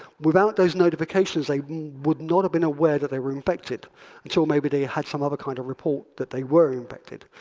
without those notifications they would not have been aware that they were infected until maybe they had some other kind of report that they were infected,